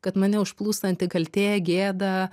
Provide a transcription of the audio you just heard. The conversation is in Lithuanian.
kad mane užplūstanti kaltė gėda